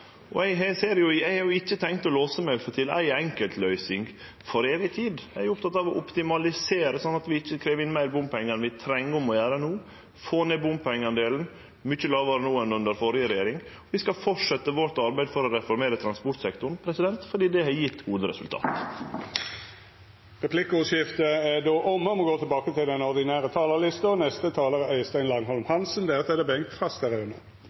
Eg har ikkje tenkt å låse meg til ei enkelt løysing til evig tid. Eg er oppteken av å optimalisere, slik at vi ikkje krev inn meir bompengar enn vi treng og må gjere no – få ned bompengedelen, som er mykje lågare no enn under den førre regjeringa. Vi skal fortsetje arbeidet vårt for å reformere transportsektoren, fordi det har gjeve gode resultat. Replikkordskiftet er omme. Dei talarane som heretter får ordet, har ei taletid på inntil 3 minutt. Arbeiderpartiet har vært og er fortsatt for å bygge veier. Derfor er